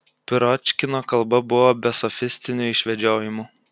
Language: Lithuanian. piročkino kalba buvo be sofistinių išvedžiojimų